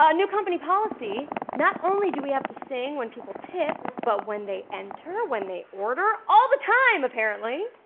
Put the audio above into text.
ah new company policy not only do we have to sing when people tip but when they enter, when they order, all the time apparently!